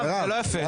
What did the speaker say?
זה לא יפה.